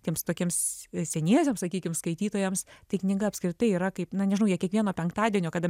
tiems tokiems seniesiems sakykim skaitytojams tai knyga apskritai yra kaip na nežinau jie kiekvieno penktadienio kada